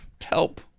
Help